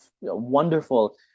wonderful